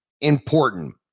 important